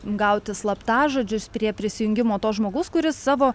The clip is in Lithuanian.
gauti slaptažodžius prie prisijungimo to žmogaus kuris savo